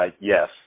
Yes